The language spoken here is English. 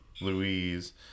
Louise